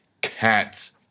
Cats